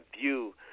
view